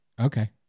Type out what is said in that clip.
Okay